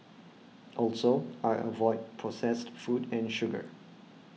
also I avoid processed food and sugar